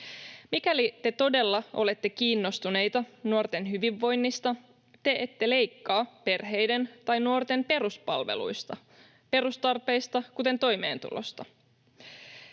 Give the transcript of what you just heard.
Mikäli te todella olette kiinnostuneita nuorten hyvinvoinnista, te ette leikkaa perheiden tai nuorten peruspalveluista, perustarpeista, kuten toimeentulosta.